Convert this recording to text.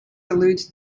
allude